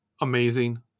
amazing